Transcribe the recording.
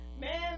Man